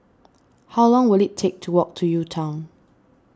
how long will it take to walk to UTown